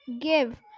give